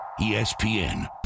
ESPN